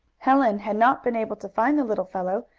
helen had not been able to find the little fellow,